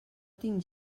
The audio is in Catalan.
tinc